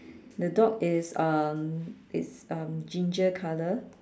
the dog is um is um ginger color